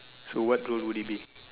so what role would it be